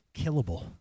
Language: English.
killable